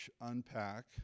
unpack